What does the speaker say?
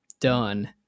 done